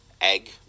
egg